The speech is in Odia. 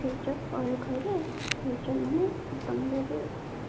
ଫ୍ୟୁଚର୍ ପରେ କହିଲେ ଫ୍ୟୁଚର୍ ମାନେ ତୁମେ ଯଦି